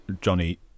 Johnny